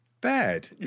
bad